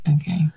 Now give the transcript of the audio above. okay